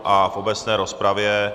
A v obecné rozpravě...